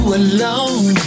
alone